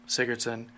Sigurdson